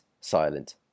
silent